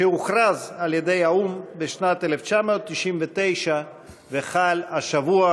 שהוכרז על-ידי האו"ם בשנת 1999 וחל השבוע.